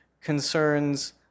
concerns